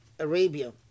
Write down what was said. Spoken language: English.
Arabia